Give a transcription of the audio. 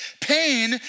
pain